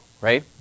right